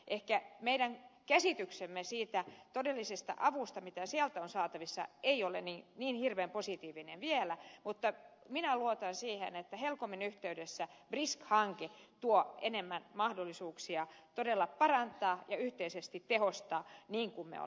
ehkä meidän käsityksemme siitä todellisesta avusta mitä sieltä on saatavissa ei ole niin hirveän positiivinen vielä mutta minä luotan siihen että helcomin yhteydessä brisk hanke tuo enemmän mahdollisuuksia todella parantaa ja yhteisesti tehostaa toimintaa niin kuin me olemme todenneet